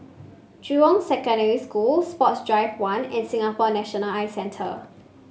Jurong Secondary School Sports Drive One and Singapore National Eye Centre